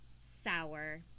sour